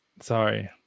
Sorry